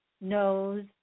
knows